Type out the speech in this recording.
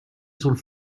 sul